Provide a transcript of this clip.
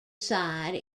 side